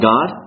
God